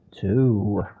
two